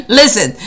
listen